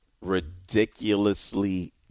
ridiculously